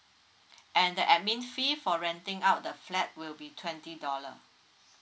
and the admin fee for renting out the flat will be twenty dollar